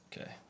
Okay